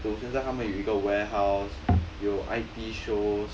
to 现在他们有一个 warehouse 有 I_T show